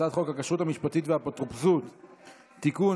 הצעת חוק הכשרות המשפטית והאפוטרופסות (תיקון,